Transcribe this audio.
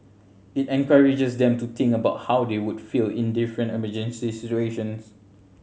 it encourages them to think about how they would feel in different emergency situations